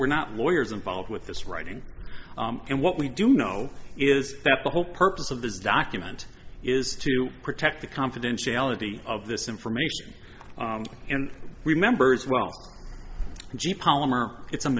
were not lawyers involved with this writing and what we do know is that the whole purpose of this document is to protect the confidentiality of this information and remembers well gee polymer